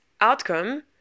outcome